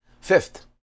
Fifth